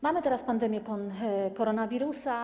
Mamy teraz pandemię koronawirusa.